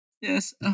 yes